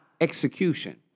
execution